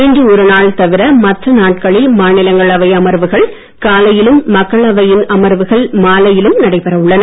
இன்று ஒருநாள் தவிர மற்ற நாட்களில் மாநிலங்களவை அமர்வுகள் காலையிலும் மக்களவையின் அமர்வுகள் மாலையிலும் நடைபெற உள்ளன